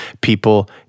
people